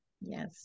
Yes